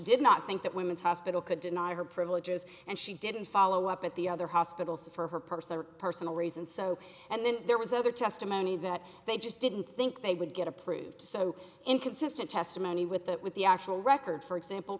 did not think that women's hospital could deny her privileges and she didn't follow up at the other hospitals for her purse or personal reason so and then there was other testimony that they just didn't think they would get approved so inconsistent testimony with that with the actual record for example